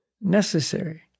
necessary